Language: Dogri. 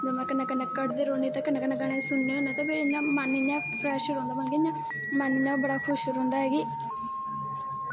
में कन्नै कन्नैं कड्ढदे होने ते कन्नै कन्नै सुनने होने ते फिर मन इ'यां फ्रैश रौंह्दा मतलब कि इ'यां मन इ'यां बड़ा खुश रौंह्दा ऐ कि